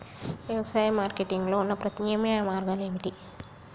వ్యవసాయ మార్కెటింగ్ లో ఉన్న ప్రత్యామ్నాయ మార్గాలు ఏమిటి?